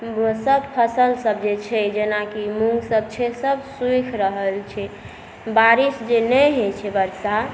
सभ फसलसभ जे छै जेनाकी मूँगसभ छै सभ सूखि रहल छै बारिश जे नहि होइ छै वर्षा